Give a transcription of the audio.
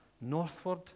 northward